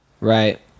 Right